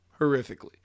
Horrifically